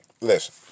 Listen